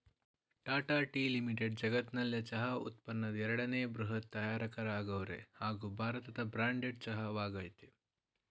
Tata tea limited ಜಗತ್ನಲ್ಲೆ ಚಹಾ ಉತ್ಪನ್ನದ್ ಎರಡನೇ ಬೃಹತ್ ತಯಾರಕರಾಗವ್ರೆ ಹಾಗೂ ಭಾರತದ ಬ್ರ್ಯಾಂಡೆಡ್ ಚಹಾ ವಾಗಯ್ತೆ